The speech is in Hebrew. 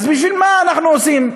אז בשביל מה אנחנו עושים?